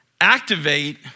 activate